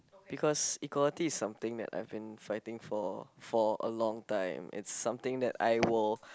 because equality is something that I've been fighting for for a long time it's something that I will